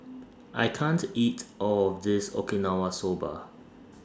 I can't eat All of This Okinawa Soba